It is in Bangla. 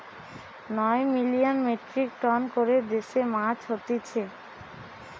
নয় মিলিয়ান মেট্রিক টন করে দেশে মাছ হতিছে